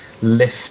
lift